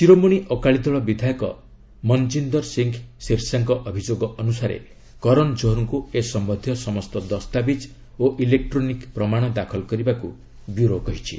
ଶିରୋମଣି ଅକାଳୀ ଦଳ ବିଧାୟକ ମନ୍ଜିନ୍ଦର ସିଂହ ସିର୍ସାଙ୍କ ଅଭିଯୋଗ ଅନୁସାରେ କରନ୍ ଜୋହରଙ୍କୁ ଏ ସମ୍ବନ୍ଧୀୟ ସମସ୍ତ ଦସ୍ତାବିଜ୍ ଓ ଇଲେକ୍ଟ୍ରୋନିକ୍ ପ୍ରମାଣ ଦାଖଲ କରିବାକୁ ବ୍ୟରୋ କହିଛି